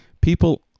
people